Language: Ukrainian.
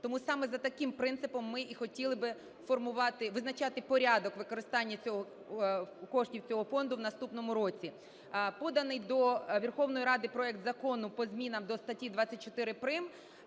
Тому саме за таким принципом ми і хотіли би формувати, визначати порядок використання коштів цього фонду в наступному році. Поданий до Верховної Ради проект Закону по змінам до статті 24 прим.